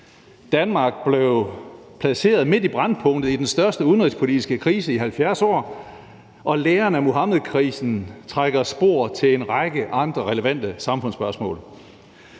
Danmark blev placeret midt i brændpunktet i den største udenrigspolitiske krise i 70 år, og læren af Muhammedkrisen trækker spor til en række andre relevante samfundsspørgsmål.